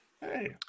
Hey